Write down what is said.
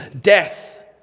death